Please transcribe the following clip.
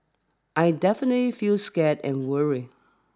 I definitely feel scared and worried